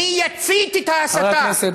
חבר הכנסת